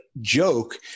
joke